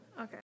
Okay